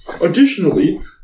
Additionally